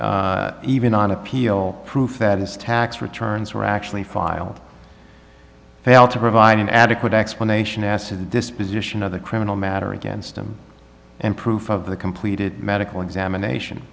provide even on appeal proof that his tax returns were actually filed fail to provide an adequate explanation as to the disposition of the criminal matter against him and proof of the completed medical examination